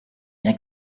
bien